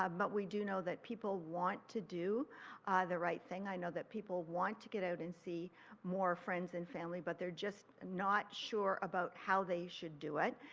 um but, we do know that people want to do the right thing. i know that people want to get out and see more friends and family, but they are just not sure about how they should do it.